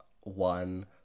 one